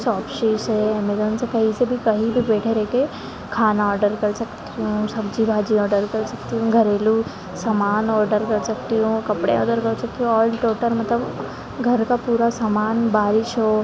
Shopsy से Amazon से कही से भी कही पे बैठे रह के खाना ओडर कर सकती हूँ सब्जी भाजी आर्डर कर सकती हूँ घरेलू सामान ओडर कर सकती हूँ कपड़े ओडर कर सकती हूँ आल टोटल मतलब घर का पूरा सामान बारिश हो